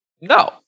no